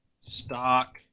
stock